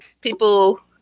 people